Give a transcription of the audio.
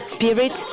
Spirit